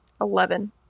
eleven